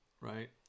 right